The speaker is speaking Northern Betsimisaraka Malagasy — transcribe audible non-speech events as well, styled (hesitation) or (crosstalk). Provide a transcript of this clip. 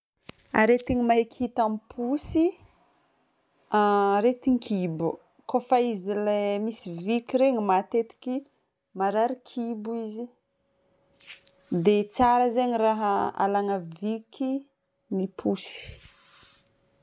Aretina maheky hita amin'ny posy, ahh (hesitation) aretin-kibo. Kofa izy le misy viky iregny matetiky marary kibo izy. Dia tsara zegny raha alagna viky ny posy.